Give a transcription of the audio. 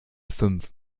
fünf